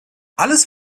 alles